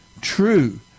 true